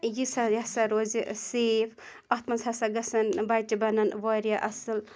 یہِ سا یہِ ہَسا روزِ سیف اَتھ منٛز ہَسا گژھن بَچہِ بَنَن واریاہ اَصٕل